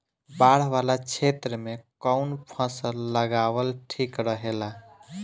बाढ़ वाला क्षेत्र में कउन फसल लगावल ठिक रहेला?